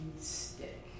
stick